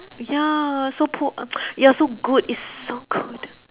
ya so poor ya so good it's so good